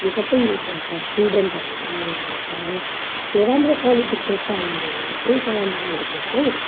यो सहै युज गर्छ स्टुडेन्टहरूले पनि युज गर्छ र त्यो राम्रो क्वालिटीको पाइँदैन त्यही कारणले गर्दाखेरि चाहिँ